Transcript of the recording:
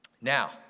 Now